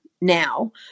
now